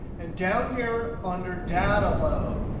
and down here under data load,